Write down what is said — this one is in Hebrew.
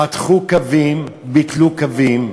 חתכו קווים, ביטלו קווים,